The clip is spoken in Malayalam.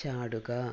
ചാടുക